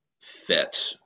fit